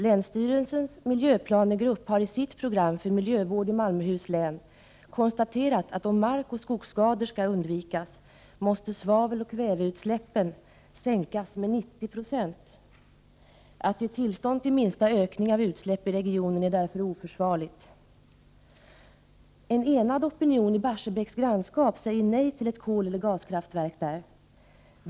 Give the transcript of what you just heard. Länsstyrelsens miljöplanegrupp har i sitt program för miljövård i Malmöhus län konstaterat, att om markoch skogsskador skall undvikas, måste svaveloch kväveutsläppen minskas med 90 96. Att ge tillstånd till minsta ökning av utsläppen i regionen är därför oförsvarligt. En enad opinion i Barsebäcks grannskap säger nej till ett koleller gaskraftverk.